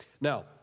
Now